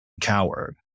coward